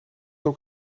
ook